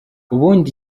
ubundi